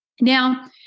now